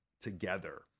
together